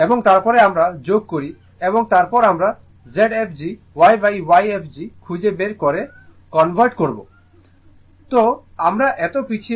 এবং তারপরে আমরা যোগ করি এবং তারপরে আমরা Zfg 1Yfg খুঁজে বের করে রূপান্তরিত করি